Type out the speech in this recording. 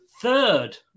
third